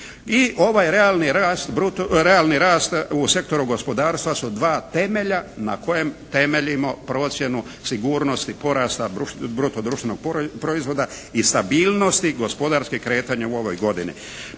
i ovaj realni rast u sektoru gospodarstva su dva temelja na kojem temeljimo procjenu sigurnosti porasta bruto društvenog proizvoda i stabilnosti i gospodarskih kretanja u ovoj godini.